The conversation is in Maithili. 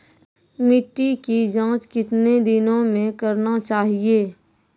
मिट्टी की जाँच कितने दिनों मे करना चाहिए?